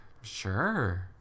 Sure